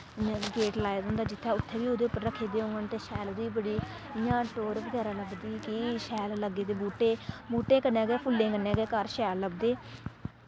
इ'यां गेट लाए दा होंदा जित्थै उत्थै बी ओह्दे पर रक्खे दे होङन ते शैल ओह्दी बड़ी इ'यां टौह्र बगैरा लभदी कि शैल लग्गे दे बूह्टे बूह्टें कन्नै गै फुल्लें कन्नै गै घर शैल लभदे